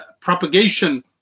propagation